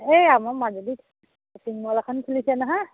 এই আমাৰ মাজুলীত শ্বপিং মল এখন খুলিছে নহয়